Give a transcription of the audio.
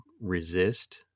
resist